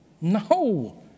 No